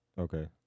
Okay